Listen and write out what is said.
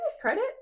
credit